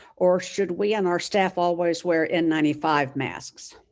or should we and our staff always wear n nine five masks?